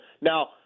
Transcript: Now